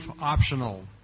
optional